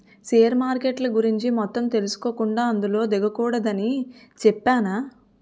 share మార్కెట్ల గురించి మొత్తం తెలుసుకోకుండా అందులో దిగకూడదని చెప్పేనా